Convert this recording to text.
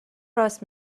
راست